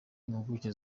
impuguke